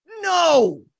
no